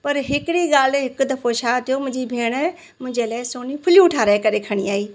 पर हिकिड़ी ॻाल्हि हिकु दफ़ो छा थियो मुंहिंजी भेण मुंहिंजे लाइ सोन जूं फुलियूं ठाहिराहे करे खणी आई